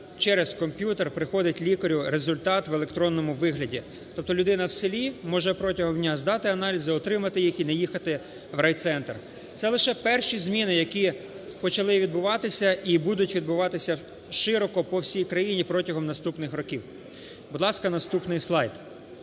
через комп'ютер приходить лікарю результат в електронному вигляді. Тобто людина в селі може протягом дня здати аналізи і отримати їх, і не їхати в райцентр. Це лише перші зміни, які почали відбуватися і будуть відбуватися широко по всій країні протягом наступних років. Будь ласка, наступний слайд.